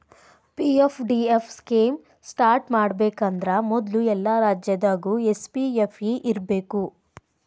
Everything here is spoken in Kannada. ಪಿ.ಎಫ್.ಡಿ.ಎಫ್ ಸ್ಕೇಮ್ ಸ್ಟಾರ್ಟ್ ಮಾಡಬೇಕಂದ್ರ ಮೊದ್ಲು ಎಲ್ಲಾ ರಾಜ್ಯದಾಗು ಎಸ್.ಪಿ.ಎಫ್.ಇ ಇರ್ಬೇಕು